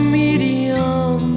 medium